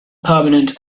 permanent